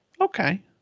Okay